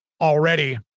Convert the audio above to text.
already